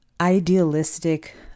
idealistic